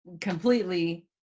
completely